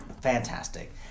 Fantastic